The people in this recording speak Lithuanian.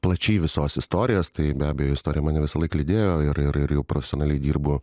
plačiai visos istorijos tai be abejo istorija mane visąlaik lydėjo ir ir ir jau profesionaliai dirbu